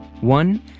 one